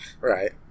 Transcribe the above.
Right